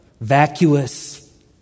vacuous